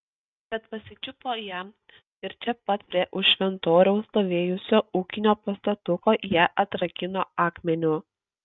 tad pasičiupo ją ir čia pat prie už šventoriaus stovėjusio ūkinio pastatuko ją atrakino akmeniu